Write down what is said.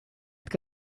que